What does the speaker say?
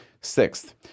Sixth